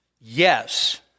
Yes